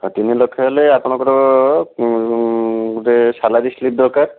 ତିନି ଲକ୍ଷ ହେଲେ ଆପଣଙ୍କର ଗୋଟେ ସାଲାରି ସ୍ଲିପ୍ ଦରକାର